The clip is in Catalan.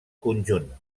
conjunt